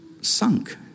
sunk